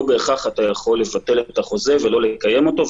בהכרח אתה יכול לבטל את החוזה ולא לקיים אותו.